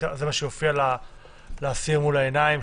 זה מה שיופיע לאסיר מול העיניים,